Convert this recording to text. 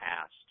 past